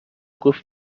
گفت